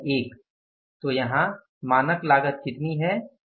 रुपए 1 तो यहाँ मानक लागत कितनी है